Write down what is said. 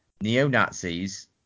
neo-Nazis